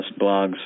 blogs